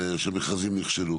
שמכרזים נכשלו.